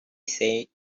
said